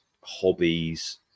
hobbies